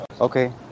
Okay